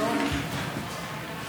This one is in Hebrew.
תודה רבה לך, אדוני היושב-ראש.